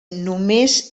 només